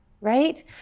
right